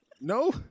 No